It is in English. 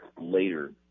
later